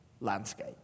landscape